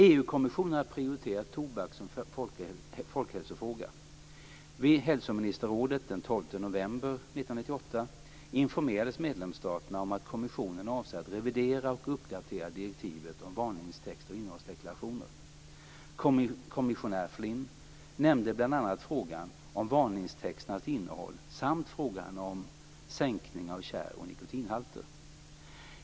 EU-kommissionen har prioriterat tobak som folkhälsofråga. Vid hälsoministerrådet den 12 november 1998 informerades medlemsstaterna om att kommissionen avser att revidera och uppdatera direktivet om varningstexter och innehållsdeklarationer. Kommissionär Flynn nämnde bl.a. frågan om varningstexternas innehåll samt frågan om sänkning av tjär och nikotinhalter.